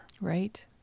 Right